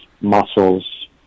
muscles